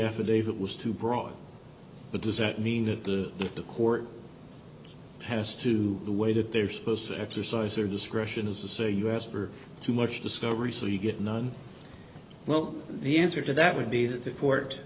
affidavit was too broad but does that mean that the the court has to the way that they're supposed to exercise their discretion is to say us for too much discovery so you get none well the answer to that would be that the court